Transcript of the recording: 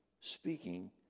speaking